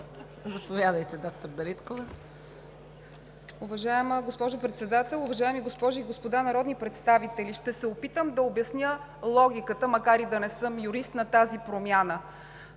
Заповядайте, доктор Дариткова.